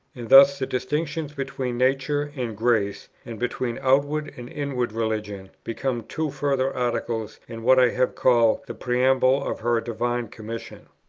and thus the distinctions between nature and grace, and between outward and inward religion, become two further articles in what i have called the preamble of her divine commission.